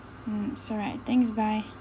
mm it's alright thanks bye